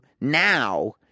now